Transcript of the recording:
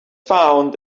found